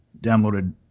downloaded